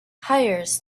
hires